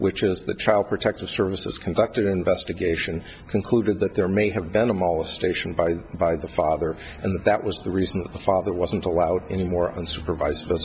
which is the child protective services conducted an investigation concluded that there may have been a molestation by by the father and that was the reason the father wasn't allowed anymore unsupervised